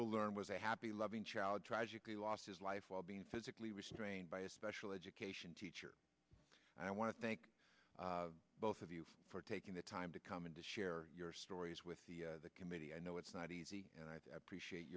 will learn was a happy loving child tragically lost his life while being physically restrained by a special education teacher and i want to thank both of you for taking the time to come and share your stories with the committee i know it's not easy and i appreciate